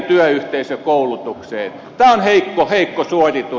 tämä on heikko suoritus